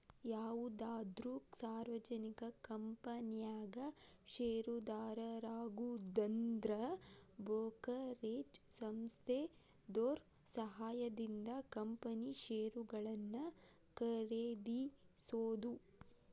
ಯಾವುದಾದ್ರು ಸಾರ್ವಜನಿಕ ಕಂಪನ್ಯಾಗ ಷೇರುದಾರರಾಗುದಂದ್ರ ಬ್ರೋಕರೇಜ್ ಸಂಸ್ಥೆದೋರ್ ಸಹಾಯದಿಂದ ಕಂಪನಿ ಷೇರುಗಳನ್ನ ಖರೇದಿಸೋದು